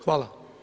Hvala.